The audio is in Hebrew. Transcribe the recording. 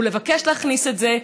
או לבקש להכניס את זה,